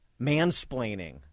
mansplaining